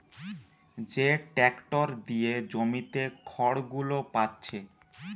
যে ট্যাক্টর দিয়ে জমিতে খড়গুলো পাচ্ছে